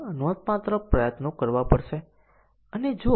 તે પછી આપણે સંખ્યાબંધ સ્ટેટમેન્ટ સાથે અહીં નોડ દોરીએ છીએ